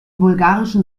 bulgarischen